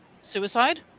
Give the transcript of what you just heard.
suicide